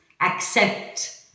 accept